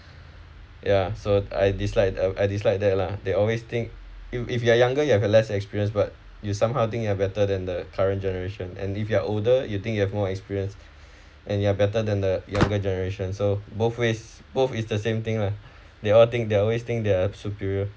ya so I dislike uh I dislike that lah they always think you if you are younger you have less experienced but you somehow think you are better than the current generation and if you are older you think you have more experience and you are better than the younger generation so both ways both is the same thing lah they all think they're always think they are superior